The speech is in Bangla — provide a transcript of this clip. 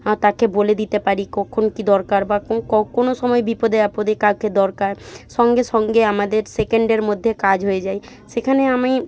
তাকে বলে দিতে পারি কখন কি দরকার বা কোনো সময় বিপদে আপদে কাকে দরকার সঙ্গে সঙ্গে আমাদের সেকেন্ডের মধ্যে কাজ হয়ে যায় সেখানে আমি